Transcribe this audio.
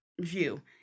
view